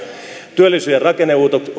työllisyyden rakennemuutokset